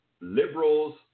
Liberals